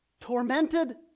Tormented